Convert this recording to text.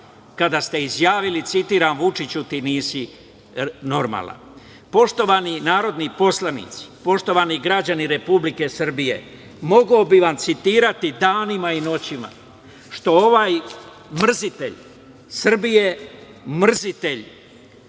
kada ste izjavili, citiram: „Vučiću, ti nisi normalan“.Poštovani narodni poslanici, poštovani građani Republike Srbije, mogao bih vam citirati danima i noćima što ovaj mrzitelj Srbije, mrzitelj